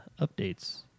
updates